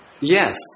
Yes